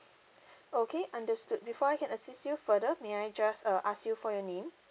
okay understood before I can assist you further may I just uh ask you for your name